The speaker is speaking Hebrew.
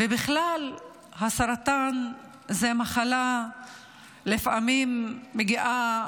ובכלל, הסרטן הוא מחלה שלפעמים מגיעה